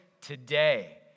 today